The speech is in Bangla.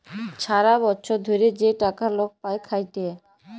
ছারা বচ্ছর ধ্যইরে যে টাকা লক পায় খ্যাইটে